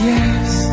Yes